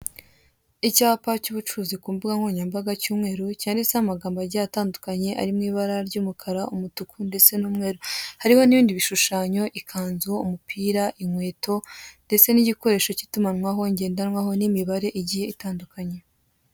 Icyapa cy'ubucuruzi kumbugankoranyambaga cy'umweru cyanditseho amagambo agiye atandukanye arimwibara ry'umukara, umutuku ndetse n'umweru. Hariho n'ibindi bishushanyo ikanzu, umupira, inkweto ndetse n'igikoresho k' itumanaho ngendanwa n'imibare igihe itandukanye.